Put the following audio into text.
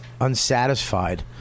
Unsatisfied